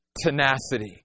tenacity